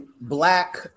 black